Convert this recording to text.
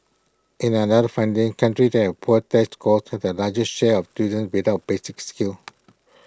in another findings countries that had poor test scores had the largest share of students without basic skills